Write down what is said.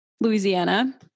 Louisiana